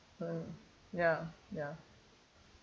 mm ya ya